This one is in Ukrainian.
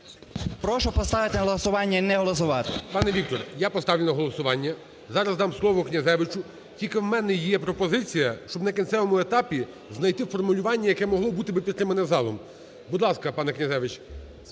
Прошу поставити на голосування і не голосувати. ГОЛОВУЮЧИЙ. Пане Віктор, я поставлю на голосування, зараз дам слово Князевичу. Тільки в мене є пропозиція, щоб на кінцевому етапі знайти формулювання, яке могло б бути підтримано залом. Будь ласка, пане Князевич.